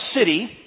city